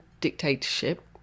dictatorship